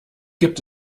gibt